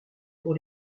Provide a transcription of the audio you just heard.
pour